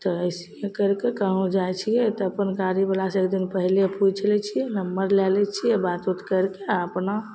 तऽ अइसेहि करिके कहूँ जाइ छिए तऽ कोनो गाड़ीवलासे एकदिन पहिले पुछि लै छिए नम्बर ले लै छिए बातउत करिके अपना